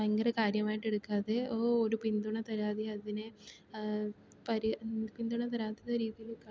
ഭയങ്കര കാര്യമായിട്ടെടുക്കാതെ ഓ ഒരു പിന്തുണ തരാതെ അതിനെ പരി പിന്തുണ തരാത്ത രീതിയില്